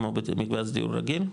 כמו במקבץ דיור רגיל?